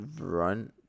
run